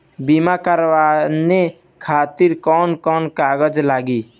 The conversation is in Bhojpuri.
बीमा कराने खातिर कौन कौन कागज लागी?